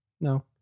no